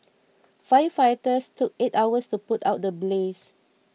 firefighters took eight hours to put out the blaze